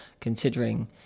Considering